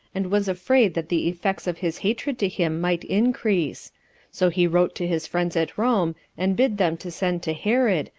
and was afraid that the effects of his hatred to him might increase so he wrote to his friends at rome, and bid them to send to herod,